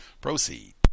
Proceed